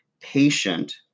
patient